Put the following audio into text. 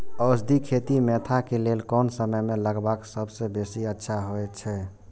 औषधि खेती मेंथा के लेल कोन समय में लगवाक सबसँ बेसी अच्छा होयत अछि?